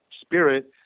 spirit